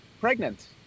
pregnant